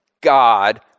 God